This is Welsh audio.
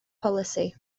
polisi